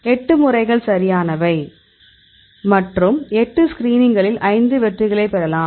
8 முறைகள் சரியானவை மற்றும் 8 ஸ்கிரீனிங்களில் 5 வெற்றிகளைப் பெறலாம்